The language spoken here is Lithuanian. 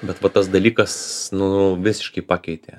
bet va tas dalykas nu visiškai pakeitė